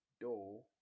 door